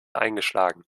eingeschlagen